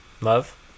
Love